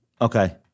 okay